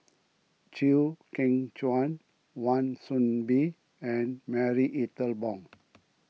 Chew Kheng Chuan Wan Soon Bee and Marie Ethel Bong